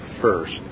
first